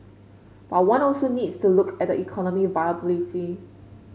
but one also needs to look at the economic viability